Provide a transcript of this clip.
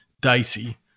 dicey